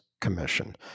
commission